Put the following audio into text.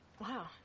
Wow